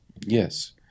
Yes